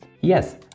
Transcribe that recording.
Yes